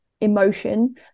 emotion